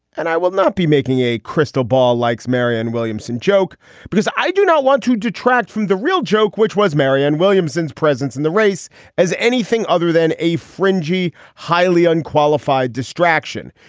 and i will not be making a crystal ball likes marianne williamson joke because i do not want to detract from the real joke, which was marianne williamson's presence in the race as anything other than a fringy, highly unqualified distraction.